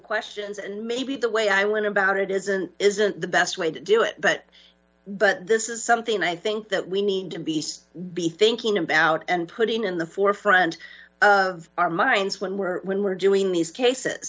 questions and maybe the way i went about it isn't isn't the best way to do it but but this is something i think that we need to beast be thinking about and putting in the forefront of our minds when we're when we're doing these cases